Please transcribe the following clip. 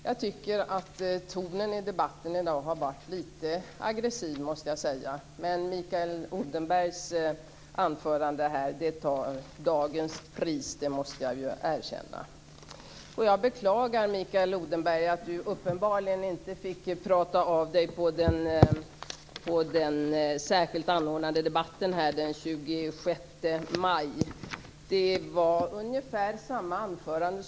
Fru talman! Tonen i debatten i dag har varit litet aggressiv, men jag måste erkänna att Mikael Odenbergs anförande tar dagens pris. Jag beklagar att Mikael Odenberg uppenbarligen inte fick prata av sig på den särskilt anordnade debatten den 26 maj. Mikael Odenberg höll då ungefär samma anförande.